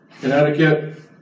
Connecticut